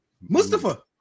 Mustafa